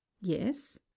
yes